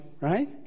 right